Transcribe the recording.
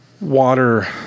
water